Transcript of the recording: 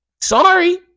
Sorry